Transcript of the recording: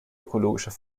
ökologischer